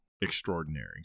extraordinary